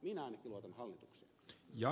minä ainakin luotan hallitukseen